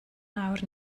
nawr